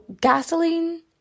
gasoline